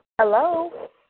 Hello